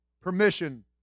permission